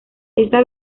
esta